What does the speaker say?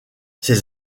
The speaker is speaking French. ses